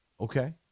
Okay